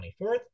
24th